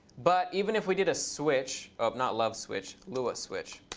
but even if we did a switch, not love switch, lua switch.